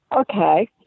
Okay